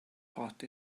heart